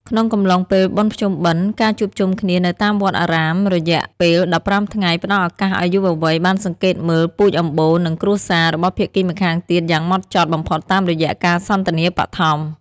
ក្នុងកំឡុងពេលបុណ្យភ្ជុំបិណ្ឌ ការជួបជុំគ្នានៅតាមវត្តអារាមរយៈពេល ១៥ ថ្ងៃ ផ្ដល់ឱកាសឱ្យយុវវ័យបានសង្កេតមើល "ពូជអម្បូរ" និង "គ្រួសារ" របស់ភាគីម្ខាងទៀតយ៉ាងហ្មត់ចត់បំផុតតាមរយៈការសន្ទនាបឋម។